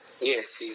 Yes